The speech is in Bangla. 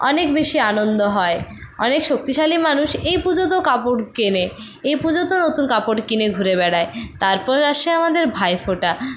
অনেক বেশি আনন্দ হয় অনেক শক্তিশালী মানুষ এই পুজোতেও কাপড় কেনে এই পুজোতেও নতুন কাপড় কিনে ঘুরে বেড়ায় তারপর আসে আমাদের ভাইফোঁটা